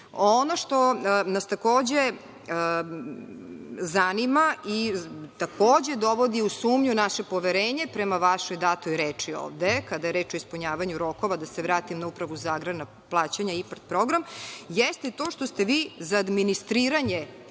što nas takođe zanima i takođe dovodi u sumnju naše poverenje prema vašoj datoj reči ovde, kada je reč o ispunjavanju rokova, da se vratim na Upravu agrarna plaćanja IPARD program, jeste to što ste vi za administriranje